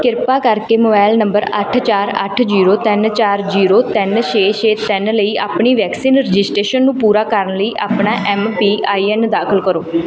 ਕਿਰਪਾ ਕਰਕੇ mobile number ਅੱਠ ਚਾਰ ਅੱਠ ਜੀਰੋ ਤਿੰਨ ਚਾਰ ਜੀਰੋ ਤਿੰਨ ਛੇ ਛੇ ਤਿੰਨ ਲਈ ਆਪਣੀ ਵੈਕਸੀਨ ਰਜਿਸਟ੍ਰੇਸ਼ਨ ਨੂੰ ਪੂਰਾ ਕਰਨ ਲਈ ਆਪਣਾ ਐੱਮ ਪੀ ਆਈ ਐੱਨ ਦਾਖਲ ਕਰੋ